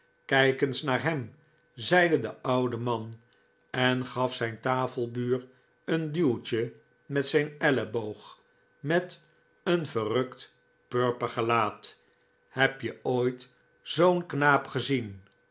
kijk eens naar hem zeide de oude man en gaf zijn tafelbuur een duwtje met zijn elleboog met een verrukt purper gelaat heb je ooit zoo'n knaap gezien